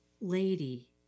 lady